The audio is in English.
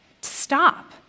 stop